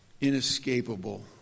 inescapable